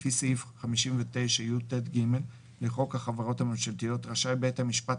לפי סעיף 59יט(ג) לחוק החברות הממשלתיות רשאי בית המשפט